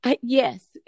Yes